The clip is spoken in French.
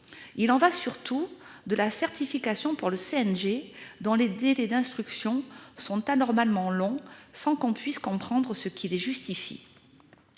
Il en va surtout de la certification pour le CNG dans les délais d'instruction sont anormalement longs sans qu'on puisse comprendre ce qui justifié.